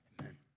Amen